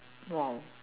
!whoa!